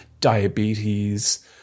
Diabetes